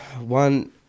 one